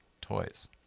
toys